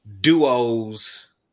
duos